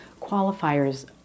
qualifiers